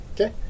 Okay